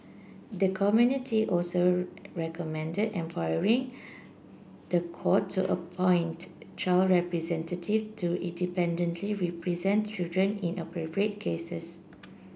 the committee also recommended empowering the court to appoint child representative to independently represent children in appropriate cases